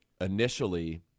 initially